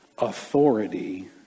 authority